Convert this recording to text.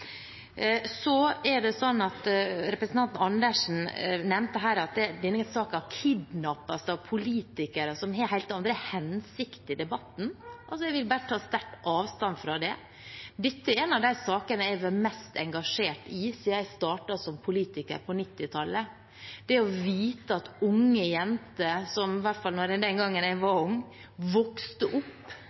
Representanten Andersen nevnte her at denne saken «kidnappes» av politikere som har helt andre hensikter i debatten. Jeg vil sterkt ta avstand fra det. Dette er en av de sakene jeg har vært mest engasjert i siden jeg startet som politiker på 1990-tallet. Det å vite at unge jenter, i hvert fall den gangen jeg var ung, vokste opp